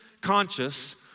conscious